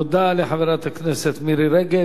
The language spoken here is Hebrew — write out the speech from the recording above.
תודה לחברת הכנסת מירי רגב.